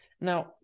Now